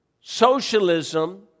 socialism